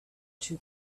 too